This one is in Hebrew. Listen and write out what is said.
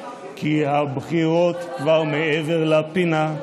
// כי הבחירות כבר מעבר לפינה,